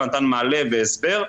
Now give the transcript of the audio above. אבל נתן מענה והסבר,